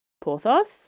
Porthos